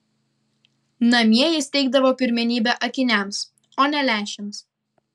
namie jis teikdavo pirmenybę akiniams o ne lęšiams